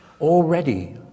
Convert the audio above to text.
already